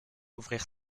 ouvrir